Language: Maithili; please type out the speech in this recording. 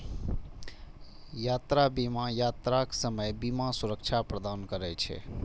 यात्रा बीमा यात्राक समय बीमा सुरक्षा प्रदान करै छै